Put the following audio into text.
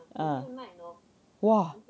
mm !whoa!